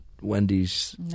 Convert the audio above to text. Wendy's